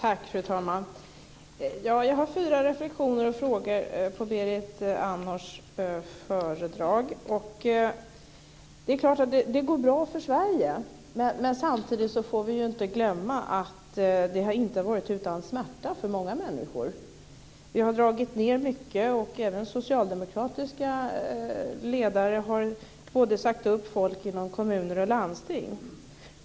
Fru talman! Jag har fyra reflexioner och frågor med anledning av Berit Andnors anförande. Det är klart att det går bra för Sverige. Men samtidigt får vi inte glömma att det inte har varit utan smärta för många människor. Vi har dragit ned mycket. Även socialdemokratiska ledare har sagt upp folk inom kommuner och landsting.